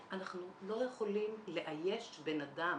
אנחנו לא יכולים לאייש בן אדם.